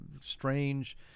strange